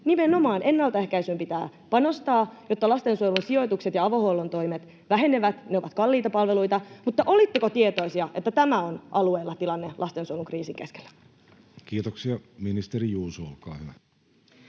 Nimenomaan ennaltaehkäisyyn pitää panostaa, jotta lastensuojelun sijoitukset ja avohuollon toimet vähenevät. Ne ovat kalliita palveluita. Olitteko tietoisia, että tämä on alueilla tilanne lastensuojelun kriisin keskellä? Kiitoksia. — Ministeri Juuso, olkaa hyvä.